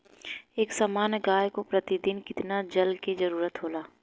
एक सामान्य गाय को प्रतिदिन कितना जल के जरुरत होला?